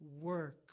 Work